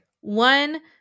One